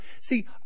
See